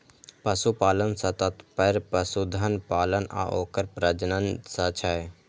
पशुपालन सं तात्पर्य पशुधन पालन आ ओकर प्रजनन सं छै